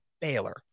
Baylor